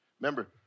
Remember